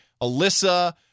Alyssa